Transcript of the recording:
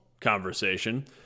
conversation